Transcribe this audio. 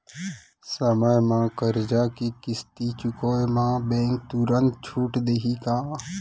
समय म करजा के किस्ती चुकोय म बैंक तुरंत छूट देहि का?